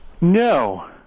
No